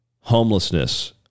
Homelessness